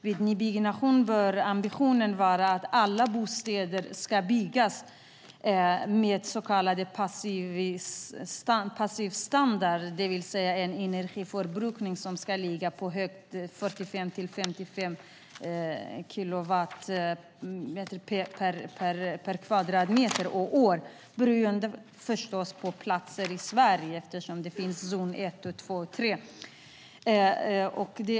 Vid nybyggnation bör ambitionen vara att alla bostäder ska byggas med så kallad passiv standard, det vill säga att energiförbrukningen ska ligga på högst 45-55 kilowattimmar per kvadratmeter och år, förstås beroende på plats i Sverige, eftersom det finns zon 1, 2 och 3.